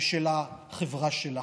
של החברה שלה.